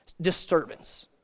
disturbance